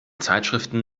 zeitschriften